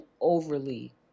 overly